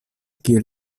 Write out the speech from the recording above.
kiel